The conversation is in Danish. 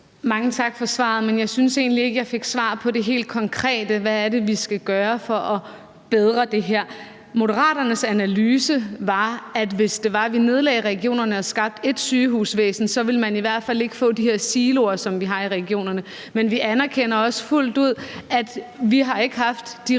Mange tak for svaret. Men jeg synes egentlig ikke, at jeg fik svar på det helt konkrete: Hvad er det, vi skal gøre for at bedre det her? Moderaternes analyse var, at hvis det var sådan, at vi nedlagde regionerne og skabte ét sygehusvæsen, så ville man i hvert fald ikke få de her siloer, som vi har i regionerne. Vi anerkender også fuldt ud, at vi ikke har haft de